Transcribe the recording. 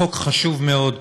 זה חוק חשוב מאוד.